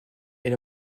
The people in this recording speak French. est